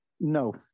No